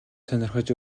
сонирхож